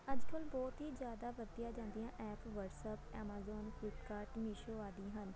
ਅੱਜ ਕੱਲ੍ਹ ਬਹੁਤ ਹੀ ਜ਼ਿਆਦਾ ਵਰਤੀਆਂ ਜਾਂਦੀਆਂ app WhatsApp Amazon Flipkart Meesho ਆਦਿ ਹਨ